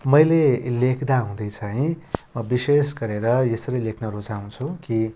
मैले लेख्दा हुँदै चाहिँ म विशेष गरेर यसरी लेख्न रुचाउँछु कि